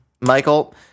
Michael